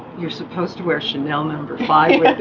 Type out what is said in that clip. you're supposed to wear chanel number five with